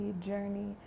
journey